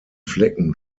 flecken